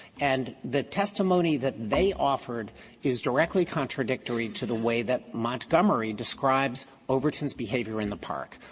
and the testimony that they offered is directly contradictory to the way that montgomery describes overton's behavior in the park.